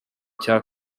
cya